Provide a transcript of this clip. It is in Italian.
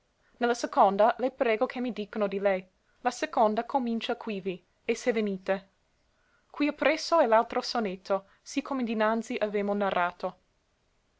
la seconda le prego che mi dicano di lei la seconda comincia quivi e se venite qui appresso è l'altro sonetto sì come dinanzi avemo narrato